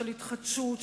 של התחדשות,